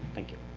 thank you.